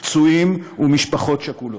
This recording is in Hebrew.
פצועים ומשפחות שכולות.